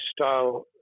style